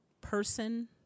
person